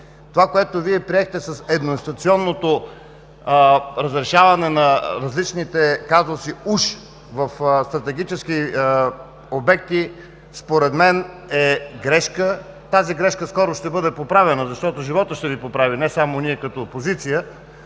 Това, което Вие приехте с едноинституционното разрешаване на различните казуси уж в стратегически обекти, според мен е грешка. Тази грешка скоро ще бъде поправена, защото животът ще Ви поправи, не само ние като опозиция.